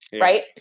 Right